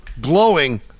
glowing